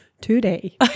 Today